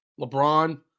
LeBron